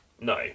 No